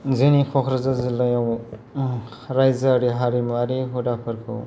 जोंनि क'क्राझार जिल्लायाव रायजोआरि हारिमुआरि हुदाफोरखौ